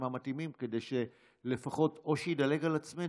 המתאימים כדי שלפחות או שהוא ידלג על עלינו,